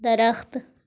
درخت